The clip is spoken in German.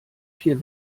vier